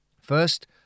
First